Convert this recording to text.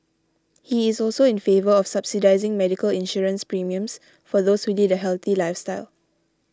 he is also in favour of subsidising medical insurance premiums for those who lead a healthy lifestyle